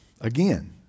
Again